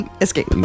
Escape